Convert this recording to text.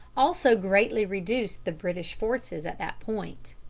also greatly reduced the british forces at that point.